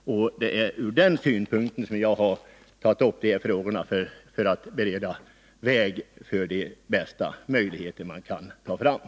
Det är från den synpunkten som jag har tagit upp de här frågorna. Jag vill försöka få fram de bästa möjligheterna att vårda skogen.